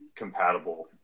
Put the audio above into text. Compatible